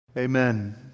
Amen